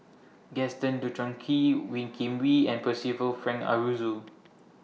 Gaston Dutronquoy Wee Kim Wee and Percival Frank Aroozoo